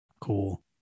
Cool